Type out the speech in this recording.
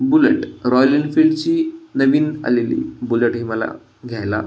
bullet Royal एनफिल्डची नवीन आलेली बुलेट हे मला घ्यायला